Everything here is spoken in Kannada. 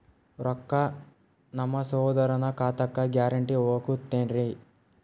ರೊಕ್ಕ ನಮ್ಮಸಹೋದರನ ಖಾತಕ್ಕ ಗ್ಯಾರಂಟಿ ಹೊಗುತೇನ್ರಿ?